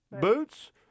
Boots